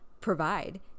provide